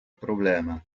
problema